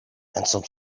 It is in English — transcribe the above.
some